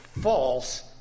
false